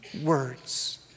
words